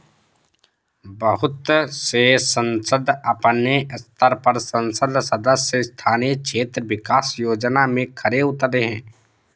बहुत से संसद अपने स्तर पर संसद सदस्य स्थानीय क्षेत्र विकास योजना में खरे उतरे हैं